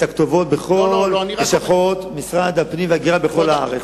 הכתובות של כל לשכות משרד הפנים בכל הארץ.